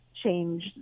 change